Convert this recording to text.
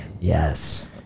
Yes